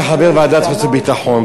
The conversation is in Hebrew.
כחבר ועדת חוץ וביטחון,